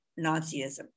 Nazism